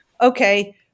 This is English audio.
okay